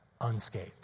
unscathed